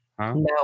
No